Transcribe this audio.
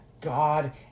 God